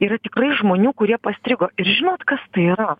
yra tikrai žmonių kurie pastrigo ir žinot kas tai yra